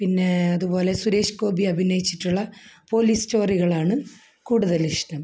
പിന്നെ അതുപോലെ സുരേഷ് ഗോപി അഭിനയിച്ചിട്ടുള്ള പോലീസ് സ്റ്റോറികളോടാണ് കൂടുതൽ ഇഷ്ടം